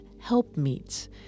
helpmeets